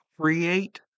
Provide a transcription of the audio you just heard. create